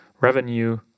revenue